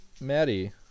Maddie